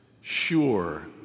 sure